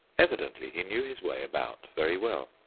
evidently he knew his way about very well.